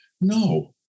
No